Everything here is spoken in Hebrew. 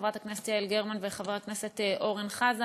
חברת הכנסת יעל גרמן וחבר הכנסת אורן חזן.